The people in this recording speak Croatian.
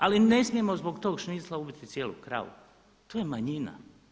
Ali ne smijemo zbog tog šnicla ubiti cijelu kravu, to je manjina.